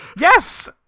Yes